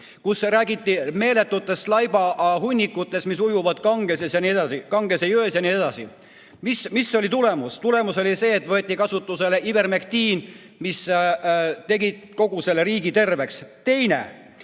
puhul räägiti meeletutest laibahunnikutest, mis ujuvad Gangese jões ja nii edasi. Mis oli tulemus? Tulemus oli see, et võeti kasutusele ivermektiin, mis tegi kogu selle riigi terveks.